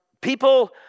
people